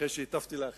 אחרי שהטפתי לאחרים.